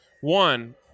one